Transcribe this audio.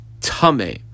Tame